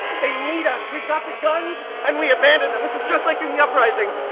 they need us! we've got the guns and we abandoned them! this is just like in the uprising!